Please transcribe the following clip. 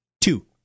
Two